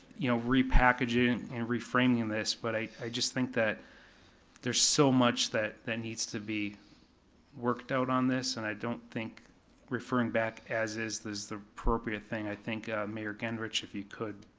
you know, repackaging, and reframing this, but i i just think that there's so much that that needs to be worked out on this, and i don't think referring back as is is the appropriate thing, i think mayor genrich, if you could,